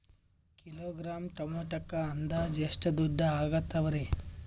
Kilogram ಟೊಮೆಟೊಕ್ಕ ಅಂದಾಜ್ ಎಷ್ಟ ದುಡ್ಡ ಅಗತವರಿ?